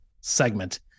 segment